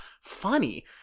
funny